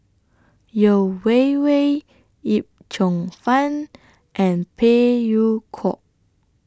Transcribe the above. Yeo Wei Wei Yip Cheong Fun and Phey Yew Kok